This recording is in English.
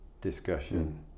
discussion